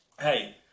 hey